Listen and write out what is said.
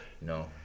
No